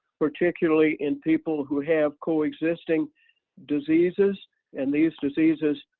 particularly in people who have coexisting diseases and these diseases